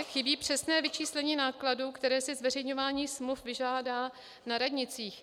Chybí přesné vyčíslení nákladů, které si zveřejňování smluv vyžádá na radnicích.